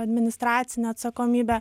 administracinė atsakomybė